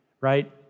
right